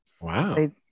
Wow